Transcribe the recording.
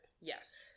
Yes